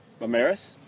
Mamaris